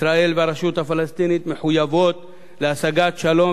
"ישראל והרשות הפלסטינית מחויבות להשגת שלום,